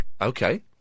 Okay